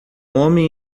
homem